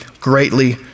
greatly